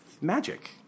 magic